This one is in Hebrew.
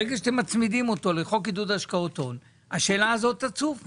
ברגע שאתם מצמידים אותו לחוק עידוד השקעות הון השאלה הזאת תצוף מאליה,